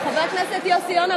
חבר הכנסת יוסי יונה,